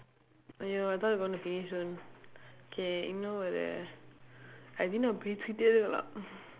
!aiyo! I thought we going to finish soon K இன்னும் ஒரு:innum oru I think இன்னும் பேசிக்கிட்டே இருக்கலாம்:innum peesikkitdee irukkalaam